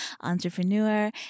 entrepreneur